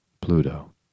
Pluto